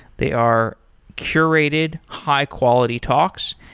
they are curated high quality talks,